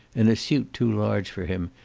in a suit too large for him,